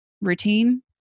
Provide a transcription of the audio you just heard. routine